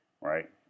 right